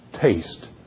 taste